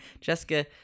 jessica